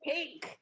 Pink